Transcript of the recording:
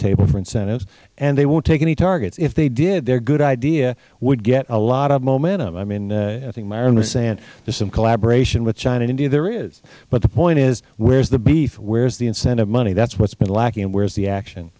table for incentives and they won't take any targets if they did their good idea would get a lot of momentum i mean i think myron was saying there is some collaboration with china and india there is but the point is where is the beef where is the incentive money that has what has been lacking where is the action